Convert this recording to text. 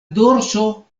dorso